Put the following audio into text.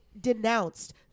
denounced